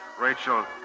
Rachel